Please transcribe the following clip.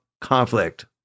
conflict